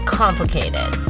complicated